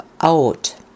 out